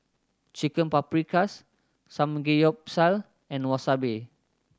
Chicken Paprikas Samgeyopsal and Wasabi